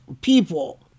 people